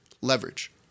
leverage